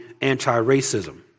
anti-racism